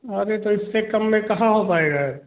अरे तो इस से कम में कहाँ हो पाएगा